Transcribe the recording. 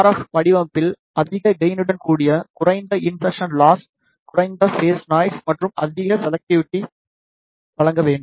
F வடிவமைப்பில் அதிக கெயினுடன் கூடிய குறைந்த இன்சர்சன் லாஸ் குறைந்த பேஸ் நாய்ஸ் மற்றும் அதிக செலெக்ட்டிவிட்டி வழங்க வேண்டும்